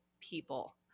people